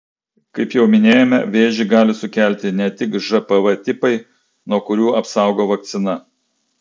kaip jau minėjome vėžį gali sukelti ne tik žpv tipai nuo kurių apsaugo vakcina